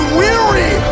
weary